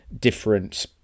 different